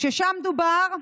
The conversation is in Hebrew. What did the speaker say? ששם דובר,